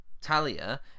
talia